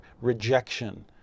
rejection